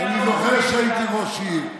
אני זוכר שהייתי ראש עירייה.